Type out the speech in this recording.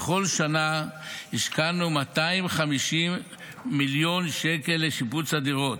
וכל שנה השקענו 250 מיליון שקל לשיפוץ הדירות.